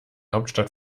hauptstadt